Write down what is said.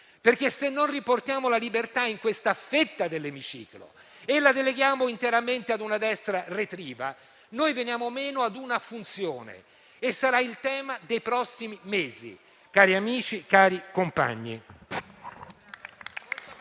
perché, se non riportiamo la libertà in questa fetta dell'emiciclo e la deleghiamo interamente a una destra retriva, veniamo meno a una funzione, che, cari amici e